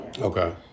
Okay